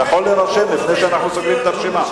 אתה יכול להירשם לפני שאנחנו סוגרים את הרשימה.